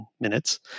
minutes